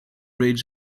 bridge